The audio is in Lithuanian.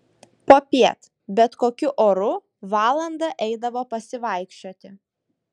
popiet bet kokiu oru valandą eidavo pasivaikščioti